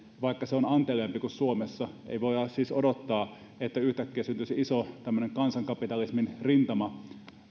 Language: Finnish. vaikka se on anteliaampi kuin suomessa ei voida siis odottaa että yhtäkkiä syntyisi iso kansankapitalismin rintama